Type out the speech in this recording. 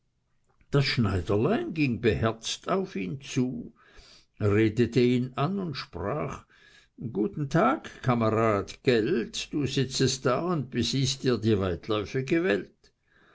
das schneiderlein ging beherzt auf ihn zu redete ihn an und sprach guten tag kamerad gelt du sitzest da und besiehst dir die weitläufige welt